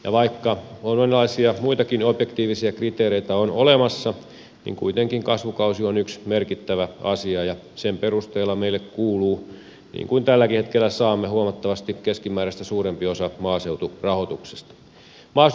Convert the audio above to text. ja vaikka monenlaisia muitakin objektiivisia kriteereitä on olemassa niin kuitenkin kasvukausi on yksi merkittävä asia ja sen perusteella meille kuuluu niin kuin tälläkin hetkellä saamme huomattavasti keskimääräistä suurempi osa maaseuturahoituksesta